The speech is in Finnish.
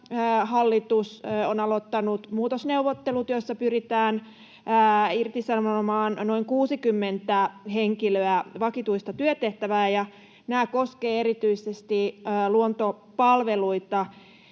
Metsähallitus on aloittanut muutosneuvottelut, joissa pyritään irtisanomaan noin 60 henkilöä, vakituista työtehtävää, ja nämä koskevat erityisesti Luontopalveluita.